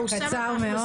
אוסאמה,